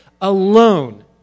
alone